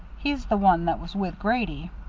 he's the one that was with grady.